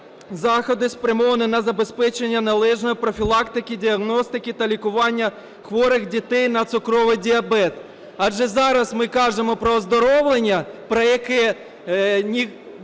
заходи, спрямовані на забезпечення належної профілактики, діагностики та лікування хворих дітей на цукровий діабет. Адже зараз ми кажемо про оздоровлення, про яке дуже